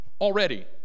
Already